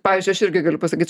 pavyzdžiui aš irgi galiu pasakyt